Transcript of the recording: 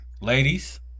ladies